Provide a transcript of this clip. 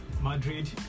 Madrid